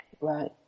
Right